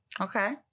Okay